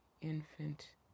infant